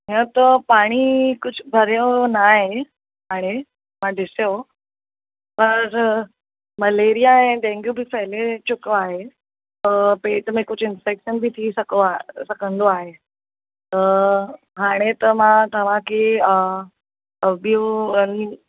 हीअं त पाणी कुझु भरियो न आहे हाणे मां ॾिसियो पर मलेरिया ऐं डेंगू बि फेले चुको आहे त पेट में कुझु इंफेक्शन बि थी सघंदो आहे त हाणे त मां तव्हांखे ॿियो